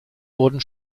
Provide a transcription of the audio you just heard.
wurden